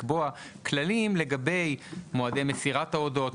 לקבוע כללים לגבי מועדי מסירת ההוראות,